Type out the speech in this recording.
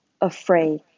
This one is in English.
afraid